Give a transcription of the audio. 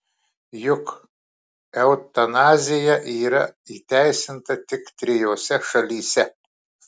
juk eutanazija yra įteisinta tik trijose šalyse